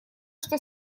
что